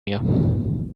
mir